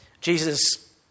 Jesus